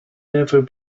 never